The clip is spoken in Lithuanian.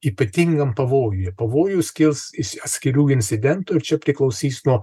ypatingam pavojuje pavojus kils iš atskirų incidentų ir čia priklausys nuo